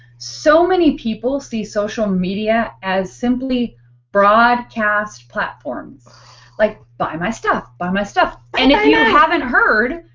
so many people see social media as simply broadcast platform like, buy my stuff, buy my stuff. and if you haven't heard,